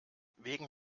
wegen